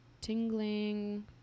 tingling